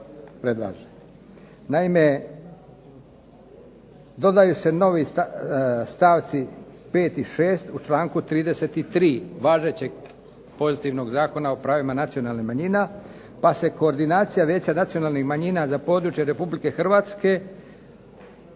Naime, dodaju se novi stavci, 5. i 6. u čl. 33. važećeg pozitivnog Zakona o pravima nacionalnih manjina pa se koordinacija Vijeća nacionalnih manjina za područje RH